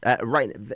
Right